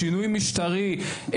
שינוי משטרי,